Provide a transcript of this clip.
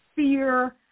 fear